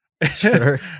sure